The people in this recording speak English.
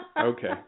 Okay